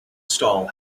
stall